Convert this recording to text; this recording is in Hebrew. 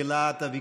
גם בלהט הוויכוח,